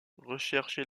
recherches